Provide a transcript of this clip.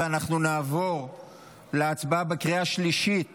אנחנו נעבור להצבעה בקריאה השלישית